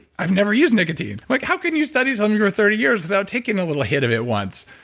i've never used nicotine. like how can you study this on your thirty years without taking a little hit of it once?